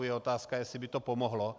Je otázka, jestli by to pomohlo.